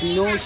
no